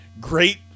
great